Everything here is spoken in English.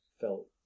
felt